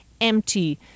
empty